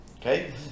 Okay